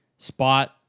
Spot